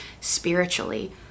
spiritually